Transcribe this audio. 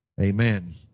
Amen